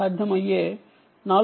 2 మరియు 5